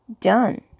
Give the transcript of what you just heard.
done